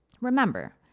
Remember